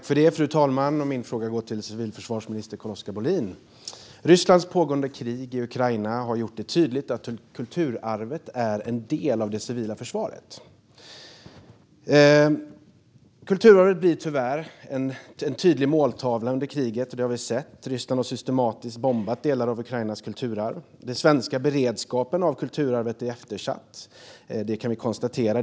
Fru talman! Min fråga går till civilförsvarsminister Carl-Oskar Bohlin. Rysslands pågående krig i Ukraina har gjort det tydligt att kulturarvet är en del av det civila försvaret. Kulturarvet blir tyvärr en tydlig måltavla under kriget. Det har vi sett - Ryssland har systematiskt bombat delar av Ukrainas kulturarv. Vi kan konstatera att den svenska beredskapen när det gäller kulturarvet är eftersatt.